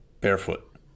barefoot